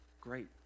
Great